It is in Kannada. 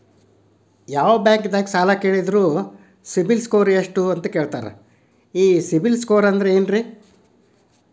ಯಾವ ಬ್ಯಾಂಕ್ ದಾಗ ಸಾಲ ಕೇಳಿದರು ಸಿಬಿಲ್ ಸ್ಕೋರ್ ಎಷ್ಟು ಅಂತ ಕೇಳತಾರ, ಈ ಸಿಬಿಲ್ ಸ್ಕೋರ್ ಅಂದ್ರೆ ಏನ್ರಿ?